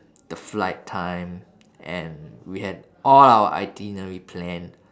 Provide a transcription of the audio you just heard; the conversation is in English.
the flight time and we had all our itinerary planned